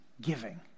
giving